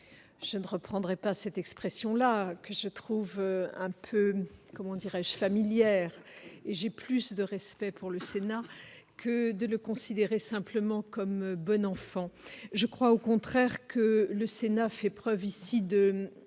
Je ne reprendrai pas cette expression-là que je trouve un peu, comment dirais-je, familière, j'ai plus de respect pour le Sénat, que de le considérer simplement comme bon enfant, je crois au contraire que le Sénat fait preuve ici de.